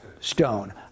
stone